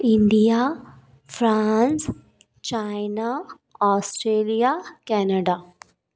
India France China Australia Canada